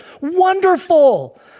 Wonderful